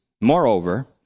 Moreover